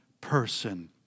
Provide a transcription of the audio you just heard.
person